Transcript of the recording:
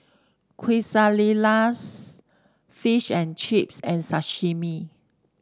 Quesadillas Fish and Chips and Sashimi